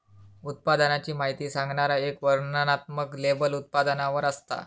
उत्पादनाची माहिती सांगणारा एक वर्णनात्मक लेबल उत्पादनावर असता